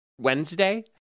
Wednesday